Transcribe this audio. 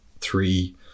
three